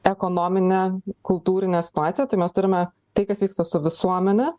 ekonominę kultūrinę situaciją tai mes turime tai kas vyksta su visuomene